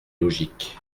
logique